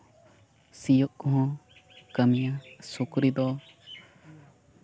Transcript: ᱥᱤᱭᱳᱜ ᱠᱚᱦᱚᱸ ᱠᱟᱹᱢᱤᱭᱟ ᱥᱩᱠᱨᱤ ᱫᱚ